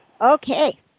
Okay